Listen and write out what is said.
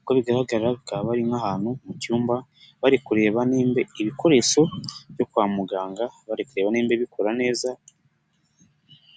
Uko bigaragara bakaba bari nk'ahantu mu cyumba, bari kureba ibikoresho byo kwa muganga bari kureba nimba ibikora neza.